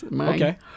Okay